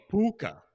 Puka